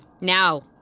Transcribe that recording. Now